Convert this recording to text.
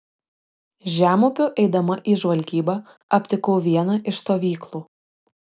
žemupiu eidama į žvalgybą aptikau vieną iš stovyklų